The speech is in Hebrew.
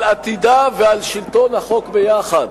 על עתידה ועל שלטון החוק ביחד.